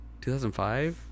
2005